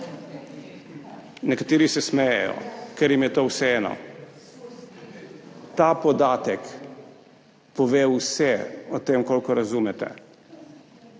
Nekateri se smejejo, ker jim je vseeno. Ta podatek pove vse o tem, koliko razumete.